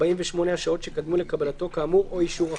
48 השעות שקדמו לקבלתו כאמור, או אישור החלמה.